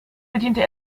bediente